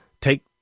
take